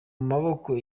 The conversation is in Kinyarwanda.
maboko